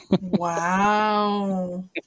wow